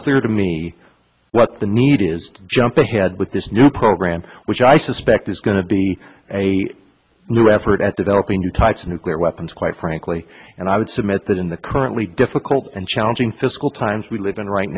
clear to me what the need is jumping ahead with this new program which i suspect is going to be a new effort at developing new types of nuclear weapons quite frankly and i would submit that in the currently difficult and challenging fiscal times we live in right